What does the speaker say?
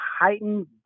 heightened